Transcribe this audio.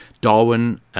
Darwin